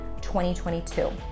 2022